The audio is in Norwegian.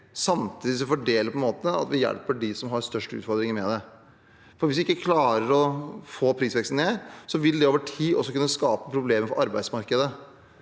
samtidig som vi fordeler på en slik måte at vi hjelper dem som har størst utfordringer med det. For hvis vi ikke klarer å få ned prisveksten, vil det over tid også kunne skape problemer for arbeidsmarkedet.